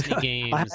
games